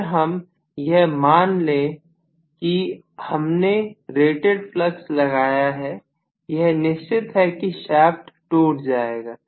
अगर हम यह माने कि हमने रेटेड फ्लक्स लगाया है यह निश्चित है कि शाफ्ट टूट जाएगा